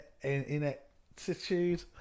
ineptitude